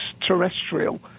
terrestrial